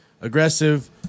aggressive